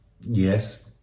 Yes